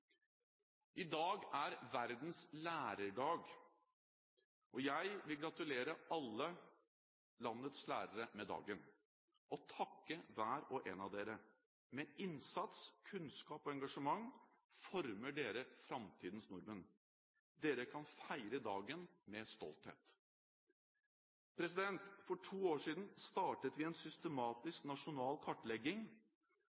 I dag er det verdens lærerdag. Jeg vil gratulere alle landets lærere med dagen og takke hver og en av dere. Med innsats, kunnskap og engasjement former dere framtidens nordmenn. Dere kan feire dagen med stolthet. For to år siden startet vi en